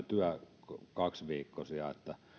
työkaksiviikkoisia että